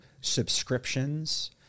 subscriptions